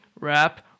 rap